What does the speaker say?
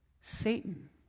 Satan